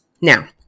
Now